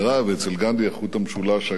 ואצל גנדי החוט המשולש היה,